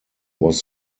was